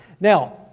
Now